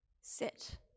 sit